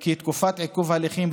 כי תקופת עיכוב ההליכים,